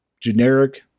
generic